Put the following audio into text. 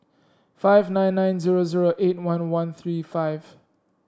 five nine nine zero zero eight one one three five